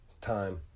time